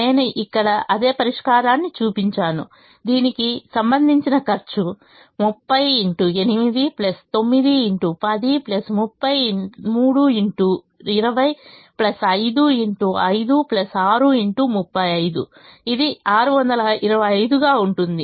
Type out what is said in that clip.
నేను ఇక్కడ అదే పరిష్కారాన్ని చూపించాను దీనికి సంబంధించిన ఖర్చు 30 x 8 9 x 10 3 x 20 5 x 5 6 x 35 ఇది 625 గా ఉంటుంది